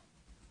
כן.